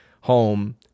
home